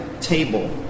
table